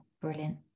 Brilliant